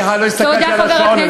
סליחה, לא הסתכלתי על השעון.